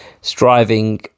striving